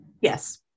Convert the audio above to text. Yes